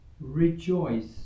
rejoice